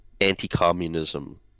anti-communism